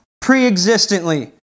pre-existently